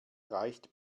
reicht